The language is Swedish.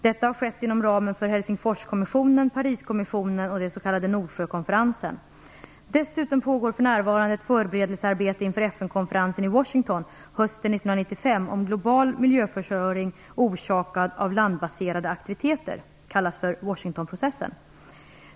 Detta har skett inom ramen för Helsingforskommissionen, Pariskommissionen och den s.k. Nordsjökonferensen. Dessutom pågår för närvarande ett förberedelsearbete inför FN-konferensen i Washington hösten 1995 om global miljöförstöring orsakad av landbaserade aktiviteter .